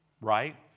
right